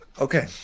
Okay